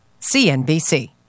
CNBC